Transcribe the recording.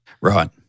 Right